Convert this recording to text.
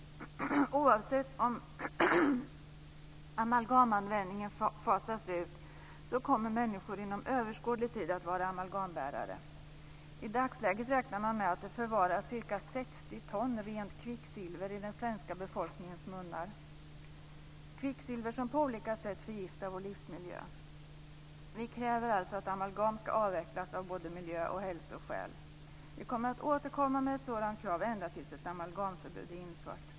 Oavsett om amalgamanvändningen fasas ut så kommer människor inom överskådlig tid att vara amalgambärare. I dagsläget räknar man med att det förvaras ca 60 ton rent kvicksilver i den svenska befolkningens munnar, kvicksilver som på olika sätt förgiftar vår livsmiljö. Vi kräver alltså att amalgam ska avvecklas av både miljö och hälsoskäl. Vi kommer att återkomma med ett sådant krav ända tills ett amalgamförbud är infört.